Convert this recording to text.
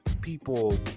people